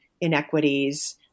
inequities